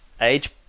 Age